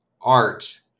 art